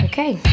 Okay